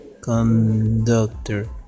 conductor